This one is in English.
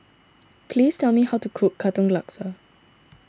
please tell me how to cook Katong Laksa